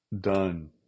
done